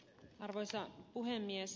arvoisa puhemies